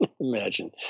Imagine